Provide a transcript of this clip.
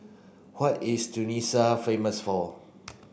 what is Tunisia famous for